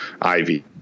Ivy